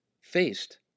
faced